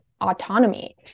autonomy